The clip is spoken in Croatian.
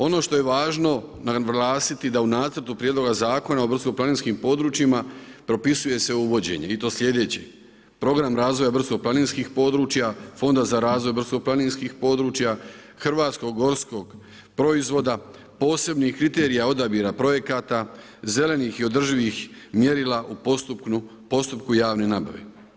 Ono što je važno naglasiti da u Nacrtu prijedloga Zakona o brdsko-planinskim područjima propisuje se uvođenje i to slijedećeg, program zavoja brdsko-planinskih područja, fonda za razvoj brdsko-planinskih područja, hrvatskog gorskog proizvoda, posebnih kriterija odabira projekata, zelenih i održivih mjerila u postupku javne nabave.